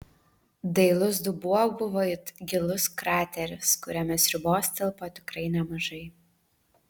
dailus dubuo buvo it gilus krateris kuriame sriubos tilpo tikrai nemažai